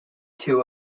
two